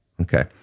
Okay